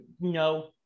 No